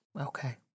Okay